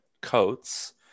coats